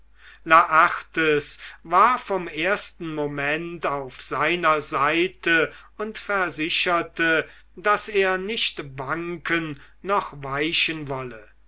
laertes war vom ersten moment an auf seiner seite und versicherte daß er nicht wanken noch weichen wolle